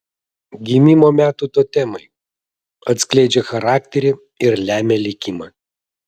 gimimo metų totemai atskleidžia charakterį ir lemia likimą